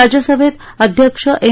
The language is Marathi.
राज्यसभेत अध्यक्ष एम